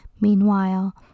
Meanwhile